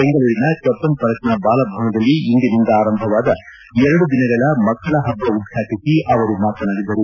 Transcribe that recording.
ಬೆಂಗಳೂರಿನ ಕಬ್ಬನ್ ಪಾರ್ಕ್ನ ಬಾಲ ಭವನದಲ್ಲಿ ಇಂದಿನಿಂದ ಆರಂಭವಾದ ಎರಡು ದಿನಗಳ ಮಕ್ಕಳ ಹಬ್ಬ ಉದ್ಘಾಟಿಸಿ ಅವರು ಮಾತನಾಡಿದರು